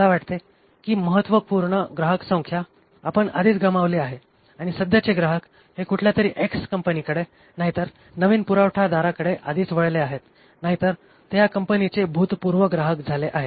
मला वाटते कि महत्वपूर्ण ग्राहकसंख्या आपण आधीच गमावली आहे आणि सध्याचे ग्राहक हे कुठल्यातरी एक्स कंपनीकडे नाहीतर नवीन पुरवठादाराकडे आधीच वळले आहेत नाहीतर ते ह्या कंपनीचे भूतपूर्व ग्राहक झाले आहेत